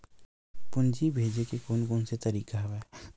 पूंजी भेजे के कोन कोन से तरीका हवय?